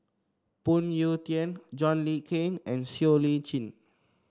Phoon Yew Tien John Le Cain and Siow Lee Chin